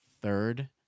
third